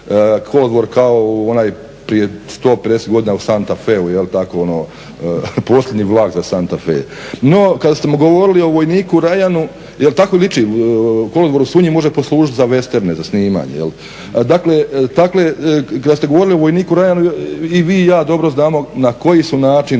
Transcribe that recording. kolodvor kao onaj prije 150 godina u Santa Feu, tako ono, posljednji vlak za Santa Fe. No, kada ste govorili o vojniku Ryanu, jel' tako liči, kolodvor u Sunji može poslužiti za vesterne, za snimanje. Dakle, kad ste govorili o vojniku Ryanu i vi i ja dobro znamo na koji su način,